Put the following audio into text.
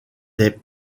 des